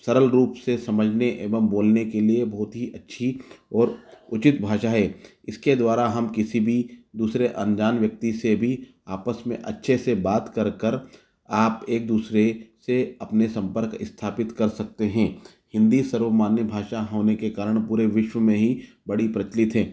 सरल रूप से समझने एवं बोलने के लिए बहुत ही अच्छी और उचित भाषा है इसके द्वारा हम किसी भी दूसरे अनजान व्यक्ति से भी आपस में अच्छे से बात कर कर आप एक दूसरे से अपने संपर्क स्थापित कर सकते हैं हिन्दी सर्वमान्य भाषा होने के कारण पूरे विश्व में ही बड़ी प्रचलित है